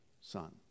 son